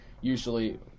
Usually